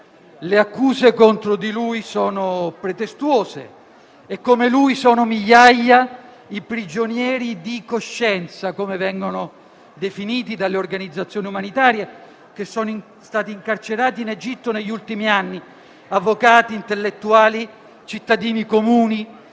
Le accuse contro di lui sono pretestuose e, come lui, sono migliaia i "prigionieri di coscienza" (come vengono definiti dalle organizzazioni umanitarie) che sono stati incarcerati in Egitto negli ultimi anni (avvocati, intellettuali, cittadini comuni).